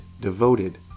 devoted